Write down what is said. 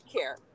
care